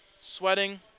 sweating